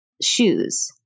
shoes